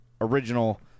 original